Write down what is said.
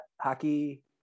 hockey